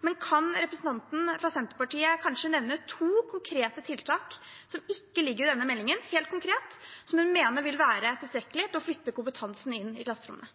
Men kan representanten fra Senterpartiet kanskje nevne to konkrete tiltak som ikke ligger i denne meldingen – helt konkret – som hun mener vil være tilstrekkelige til å flytte kompetansen inn i klasserommet?